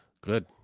Good